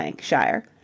Shire